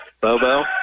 Bobo